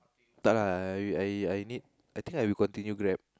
tak lah I I need I think I will continue Grab